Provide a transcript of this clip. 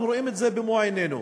אנחנו רואים את זה במו עינינו.